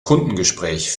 kundengespräch